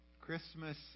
Christmas